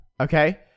okay